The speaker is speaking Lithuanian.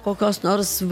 kokios nors